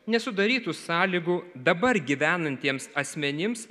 nesudarytų sąlygų dabar gyvenantiems asmenims